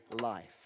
life